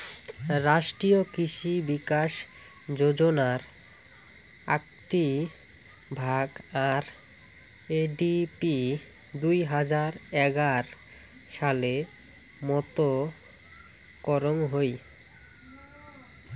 রাষ্ট্রীয় কৃষি বিকাশ যোজনার আকটি ভাগ, আর.এ.ডি.পি দুই হাজার এগার সালে মত করং হই